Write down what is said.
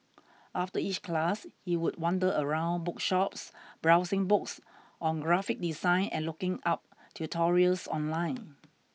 after each class he would wander around bookshops browsing books on graphic design and looking up tutorials online